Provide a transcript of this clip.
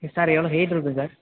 sir எவ்வளோ height இருக்கும் sir